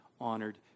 honored